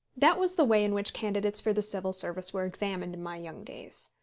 that was the way in which candidates for the civil service were examined in my young days.